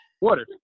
water